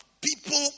people